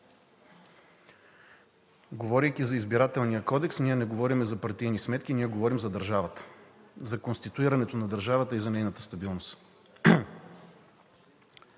Говорейки за Избирателния кодекс, ние не говорим за партийни сметки, ние говорим за държавата, за конституирането на държавата и за нейната стабилност.